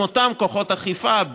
עם אותם כוחות אכיפה,